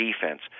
defense